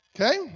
Okay